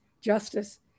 justice